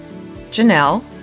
Janelle